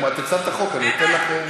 מה, את הצעת את החוק, אני אתן לך.